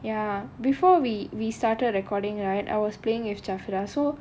ya before we we started recording right I was playing with jaafra so